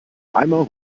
weimar